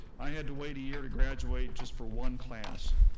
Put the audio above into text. i had to wait a year to graduate just for one class.